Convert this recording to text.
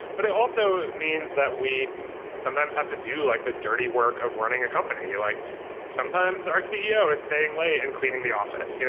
but it also means that we sometimes have to do like the dirty work of running a company. like sometimes our ceo is staying late and cleaning the office. yeah